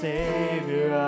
Savior